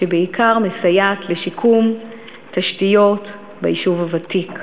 שבעיקר מסייעת לשיקום תשתיות ביישוב הוותיק.